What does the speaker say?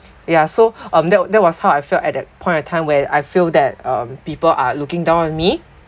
ya so um that w~ that was how I felt at that point of time when I feel that um people are looking down on me